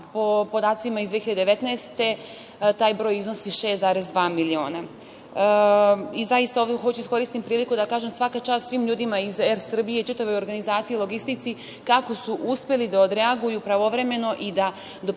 po podacima iz 2019. godine, taj broj iznosi 6,2 miliona. Zaista, ovde hoću da iskoristim priliku da kažem – svaka čast svim ljudima iz „Er Srbije“ i čitavoj organizaciji i logistici, kako su uspeli da odreaguju pravovremeno i da doprinesu